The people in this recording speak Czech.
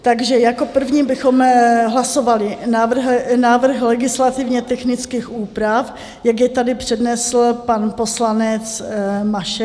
Takže jako první bychom hlasovali návrh legislativně technických úprav, jak je tady přednesl pan poslanec Mašek.